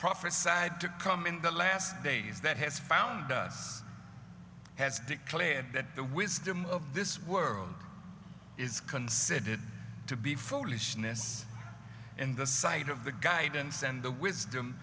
prophesied to come in the last days that has found us has declared that the wisdom of this world is considered to be foolishness in the sight of the guidance and the wisdom